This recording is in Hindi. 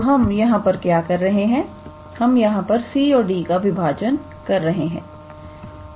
तो हम यहां पर क्या कर रहे है हम यहां पर c और d का विभाजन कर रहे हैं तोabcd